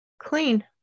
clean